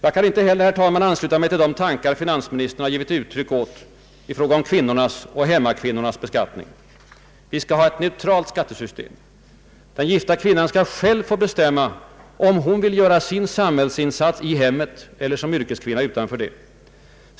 Jag kan inte heller, herr talman, ansluta mig till de tankar finansministern har givit uttryck åt i fråga om kvinnornas och hemmakvinnornas beskattning. Vi skall ha ett neutralt skattesystem. Den gifta kvinnan skall själv få bestämma om hon vill göra sin samhällsinsats i hemmet eller som yrkeskvinna utanför detta.